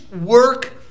work